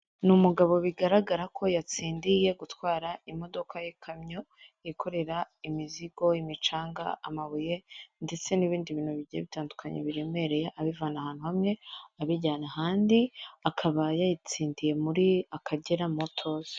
Ni umugabo bigaragara ko yatsindiye gutwara r imodoka y'ikamyo, yikorera imizigo, imicanga, amabuye ndetse n'ibindi bintu bigiye bitandukanye biremereye, abivana ahantu hamwe abijyana ahandi, akaba yayitsindiye muri akagera motozi.